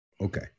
okay